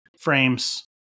frames